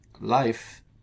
life